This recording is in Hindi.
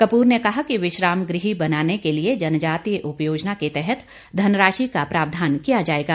कपूर ने कहा कि विश्राम गृह बनाने के लिए जनजातीय उपयोजना के तहत धनराशि का प्रावधान किया जाएगा